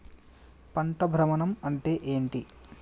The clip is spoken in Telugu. పంట భ్రమణం అంటే ఏంటి?